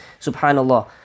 subhanallah